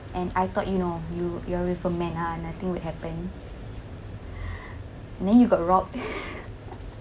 and I thought you know you you are with a man ah nothing will happen then you got robbed